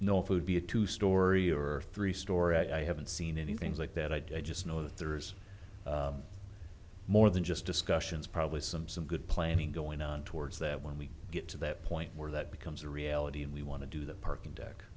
know if you would be a two story or three story i haven't seen anything like that i just know that there is more than just discussions probably some some good planning going on towards that when we get to that point where that becomes a reality and we want to do the parking deck